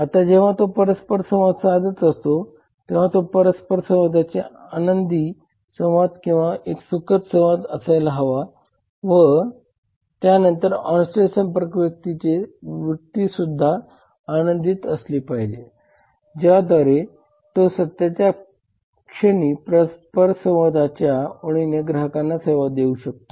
आता जेव्हा तो परस्पर संवाद साधत असतो तेव्हा तो परस्परसंवाद आंनदी संवाद किंवा एक सुखद संवाद असायला हवा व त्यानंतर ऑनस्टेज संपर्क व्यक्तीची वृत्तीसुद्धा आनंदित असली पाहिजे ज्याद्वारे तो सत्याच्या क्षणी परस्परसंवादाच्या ओळीने ग्राहकांना सेवा देऊ शकतो